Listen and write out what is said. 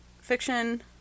fiction